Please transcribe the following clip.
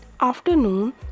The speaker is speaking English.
afternoon